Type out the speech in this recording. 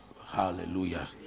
Hallelujah